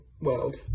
world